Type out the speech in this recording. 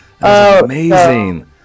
Amazing